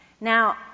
Now